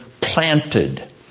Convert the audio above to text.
planted